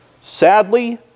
Sadly